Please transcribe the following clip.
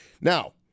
Now